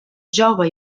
jove